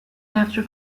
after